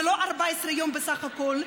זה לא 14 יום בסך הכול.